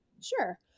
Sure